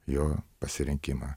jo pasirinkimą